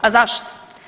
A zašto?